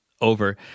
over